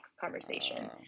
conversation